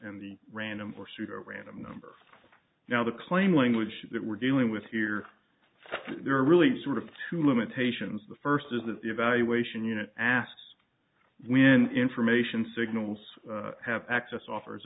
and the random or pseudo random number now the claim language that we're dealing with here there are really sort of two limitations the first is that the evaluation unit asks when information signals have access offer